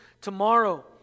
tomorrow